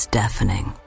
deafening